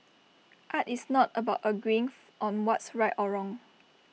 art is not about agreeing on what's right or wrong